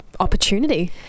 opportunity